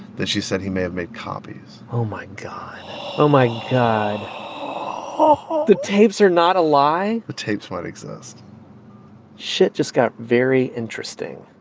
then she said he may have made copies oh, my god. oh, my god. yeah ah the tapes are not a lie? the tapes might exist shit just got very interesting.